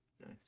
Nice